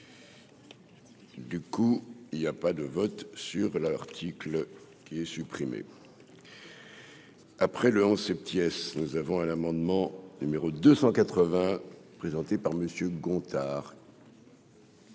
Du coup, il y a pas de vote sur l'article qui est supprimé. Après le onze, ces pièces, nous avons à l'amendement numéro 280 présenté par Monsieur Gontard.